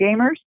gamers